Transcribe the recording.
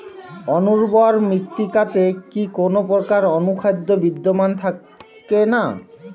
অনুর্বর মৃত্তিকাতে কি কোনো প্রকার অনুখাদ্য বিদ্যমান থাকে না?